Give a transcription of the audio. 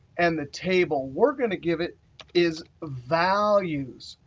and the table we're going to give it is values.